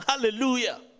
Hallelujah